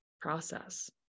process